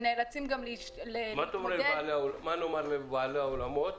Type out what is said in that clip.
נאלצים --- מה נאמר לבעלי האולמות